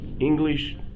English